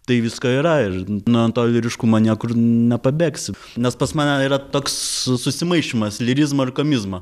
tai visko yra ir nuo to lyriškumo niekur nepabėgsi nes pas mane yra toks susimaišymas lyrizmo ir komizmo